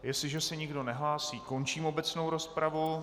Jestliže se nikdo nehlásí, končím obecnou rozpravu.